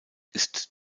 ist